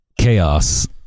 chaos